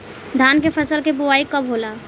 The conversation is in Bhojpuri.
धान के फ़सल के बोआई कब होला?